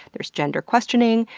there's gender-questioning,